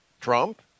Trump